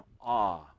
awe